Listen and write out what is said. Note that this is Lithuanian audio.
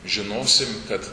žinosim kad